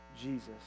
Jesus